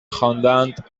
خواندند